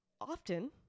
often